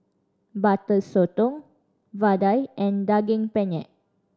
Butter Sotong vadai and Daging Penyet